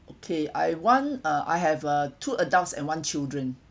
okay I want uh I have uh two adults and one children